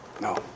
No